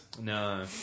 No